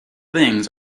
things